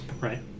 Right